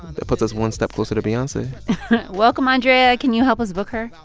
that puts us one step closer to beyonce welcome, andrea. can you help us book her?